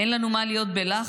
אין לנו מה להיות בלחץ,